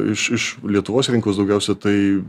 iš iš lietuvos rinkos daugiausia tai